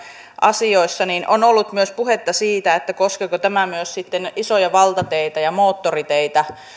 asioissa on ollut myös puhetta siitä koskeeko tämä myös sitten isoja valtateitä ja moottoriteitä